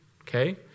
Okay